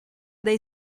dei